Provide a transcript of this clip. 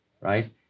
right